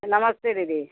नमस्ते दीदी